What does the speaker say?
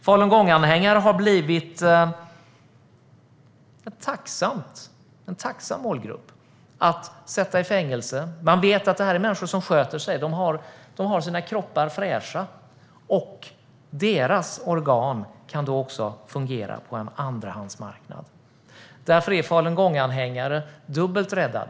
Falungonganhängare har blivit en tacksam målgrupp att sätta i fängelse. Man vet att det är människor som sköter sig och håller sina kroppar fräscha, och deras organ kan därför fungera på en andrahandsmarknad. Därför är falungonganhängare dubbelt rädda.